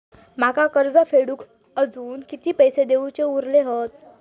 माका कर्ज फेडूक आजुन किती पैशे देऊचे उरले हत?